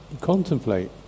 contemplate